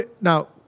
Now